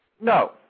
No